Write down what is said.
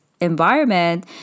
environment